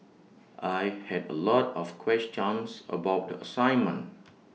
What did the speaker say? I had A lot of questions about the assignment